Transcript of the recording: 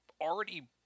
already